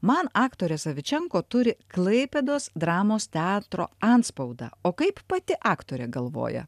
man aktorė savičenko turi klaipėdos dramos teatro antspaudą o kaip pati aktorė galvoja